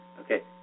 Okay